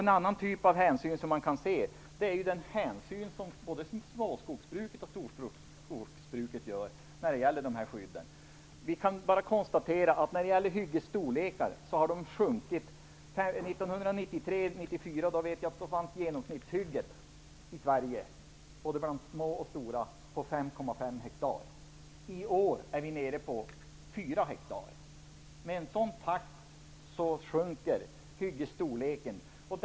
En annan typ av hänsyn man kan se är den hänsyn som både småskogsbruket och storskogsbruket tar när det gäller dessa skydd. Vi kan bara konstatera att hyggenas storlek har minskat. 1993/94 var genomsnittshygget i Sverige på 5,5 hektar. I år är vi nere på 4 hektar. Hyggesstorleken minskar med en sådan takt.